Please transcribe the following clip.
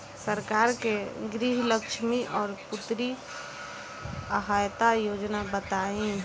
सरकार के गृहलक्ष्मी और पुत्री यहायता योजना बताईं?